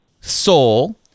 soul